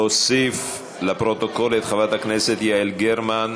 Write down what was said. להוסיף לפרוטוקול את חברת הכנסת יעל גרמן.